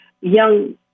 young